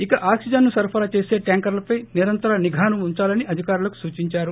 ఇక ఆక్సిజన్ను సరఫరా చేసే ట్యాంకర్లపై నిరంతర నిఘాను ఉంచాలని అధికారులకు సూచించారు